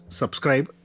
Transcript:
subscribe